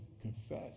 confess